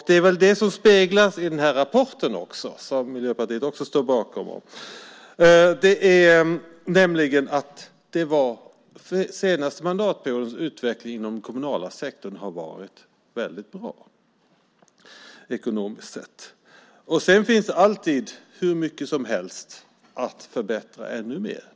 Det är väl det som även speglas i den här rapporten, som Miljöpartiet också står bakom. Den senaste mandatperiodens utveckling inom den kommunala sektorn har varit väldigt bra, ekonomiskt sett. Sedan finns det alltid hur mycket som helst att förbättra ännu mer.